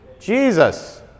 Jesus